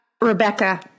Rebecca